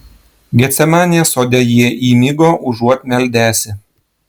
getsemanės sode jie įmigo užuot meldęsi